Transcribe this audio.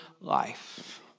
life